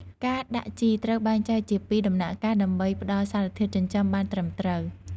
ការដាក់ជីត្រូវបែងចែកជាពីរដំណាក់កាលដើម្បីផ្តល់សារធាតុចិញ្ចឹមបានត្រឹមត្រូវ។